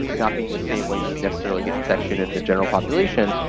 not being the same where you would necessarily get infection in the general population,